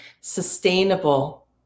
sustainable